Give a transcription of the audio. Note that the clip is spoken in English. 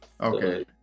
Okay